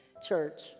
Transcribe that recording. Church